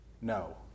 no